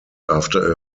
after